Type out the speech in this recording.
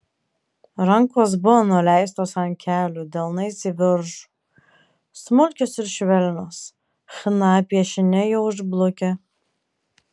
rankos buvo nuleistos ant kelių delnais į viršų smulkios ir švelnios chna piešiniai jau išblukę